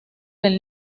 del